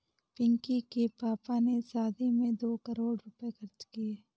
पिंकी के पापा ने शादी में दो करोड़ रुपए खर्च किए